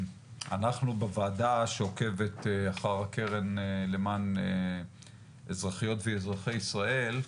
אנחנו בוועדה שעוקבת אחר הקרן למען אזרחיות ואזרחי ישראל,